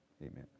amen